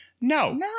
No